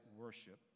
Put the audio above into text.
worship